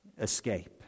escape